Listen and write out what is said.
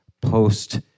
post